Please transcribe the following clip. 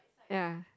ya